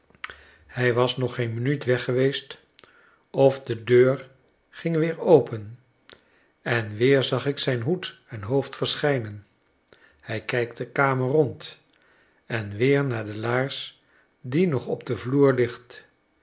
hij was nog geen minuut weg geweest of de deur ging weer open en weer zag ik zijn hoed en hoofd verschijnen hij kijkt de kamer rond en weer naar de laars die nog op den vloer ligt